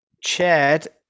Chad